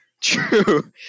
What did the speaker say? true